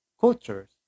Cultures